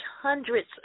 hundreds